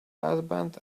husband